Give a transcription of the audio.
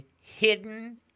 hidden